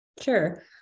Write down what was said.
Sure